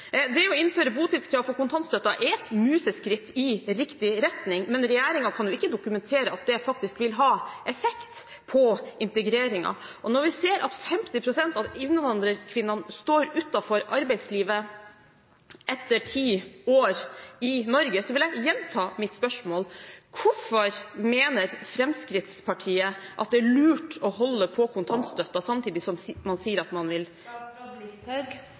Det å innføre botidskrav for kontantstøtte er et museskritt i riktig retning, men regjeringen kan jo ikke dokumentere at det faktisk vil ha effekt på integreringen. Og når vi ser at 50 pst. av innvandrerkvinnene står utenfor arbeidslivet etter ti år i Norge, vil jeg gjenta mitt spørsmål: Hvorfor mener Fremskrittspartiet at det er lurt å holde på kontantstøtten samtidig som man sier at man vil